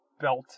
belt